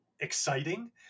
exciting